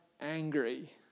angry